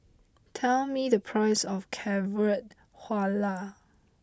tell me the price of Carrot